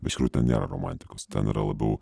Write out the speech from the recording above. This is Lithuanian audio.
bet iš tikrųjų ten nėra romantikos ten yra labiau